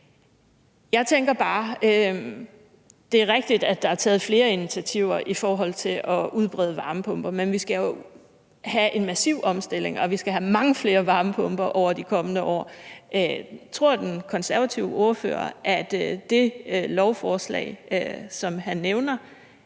Jeg tænker bare, at det er rigtigt, at der er taget flere initiativer i forhold til at udbrede varmepumper, men vi skal jo have en massiv omstilling, og vi skal have mange flere varmepumper over de kommende år. Tror den konservative ordfører, at det lovforslag, som han nævner,